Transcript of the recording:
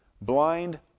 blind